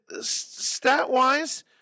Stat-wise